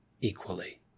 equally